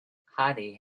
hardy